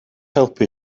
helpu